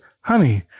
honey